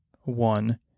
one